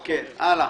הלאה.